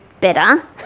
better